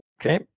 Okay